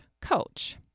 coach